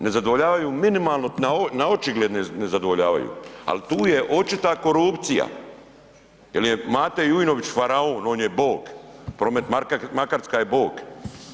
Ne zadovoljavaju minimalno, na očigled ne zadovoljavaju, al tu je očita korupcija jer je Mate Jujnović faraon, on je Bog, Promet Makarska je Bog.